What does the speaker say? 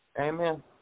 Amen